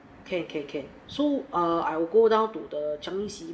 can can can so err I will go down to the changi city